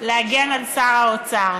להגן על שר האוצר,